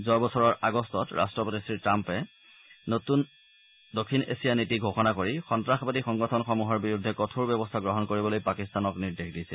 যোৱা বছৰৰ আগষ্টত ৰট্টপতি শ্ৰী ট্টাম্পে নতুন দক্ষিণ এছিয়া নীতি ঘোষণা কৰি সন্নাসবাদী সংগঠনসমূহৰ বিৰুদ্ধে কঠোৰ ব্যৱস্থা গ্ৰহণ কৰিবলৈ পাকিস্তানক নিৰ্দেশ দিছিল